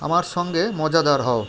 আমার সঙ্গে মজাদার হও